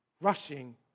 rushing